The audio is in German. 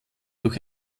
durch